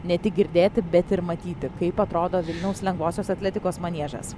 ne tik girdėti bet ir matyti kaip atrodo vilniaus lengvosios atletikos maniežas